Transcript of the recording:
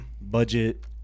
budget